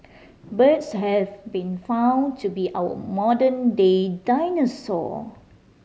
birds have been found to be our modern day dinosaur